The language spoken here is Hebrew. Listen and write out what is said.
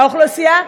איילת,